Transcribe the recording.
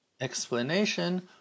explanation